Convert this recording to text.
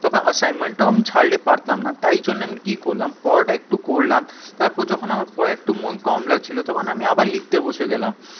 তবে অ্যাসাইনমেন্টটাও আমি ছাড়লে পারতাম না তাই জন্যে আমি কি করলাম পড়াটা একটু করলাম তারপর যখন আমার পড়ায় একটু মন কম লাগছিলো তখন আমি আবার লিখতে বসে গেলাম